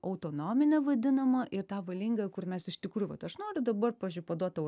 autonominę vadinamą ir tą valingą kur mes iš tikrųjų vat aš noriu dabar pavyzdžiui paduot tau